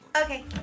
Okay